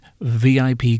VIP